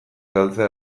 galtzea